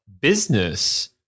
business